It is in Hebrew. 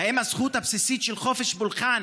האם הזכות הבסיסית של חופש פולחן